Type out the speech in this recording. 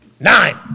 Nine